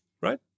right